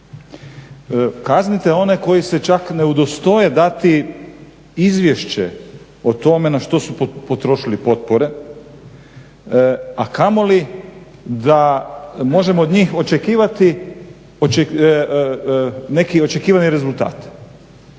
Kaznite one koji se čak ne udostoje dati izvješće o tome na što su potrošili potpore, a kamoli da možemo od njih očekivati neki očekivani rezultat.